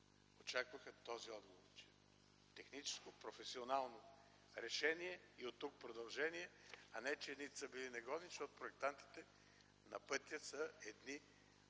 очакваха този отговор – технически професионално решение и оттук – продължение. Не, че едните са били негодни, защото проектантите на пътя са едни